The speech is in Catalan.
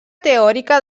teòrica